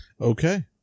okay